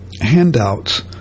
handouts